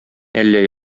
әллә